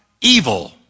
evil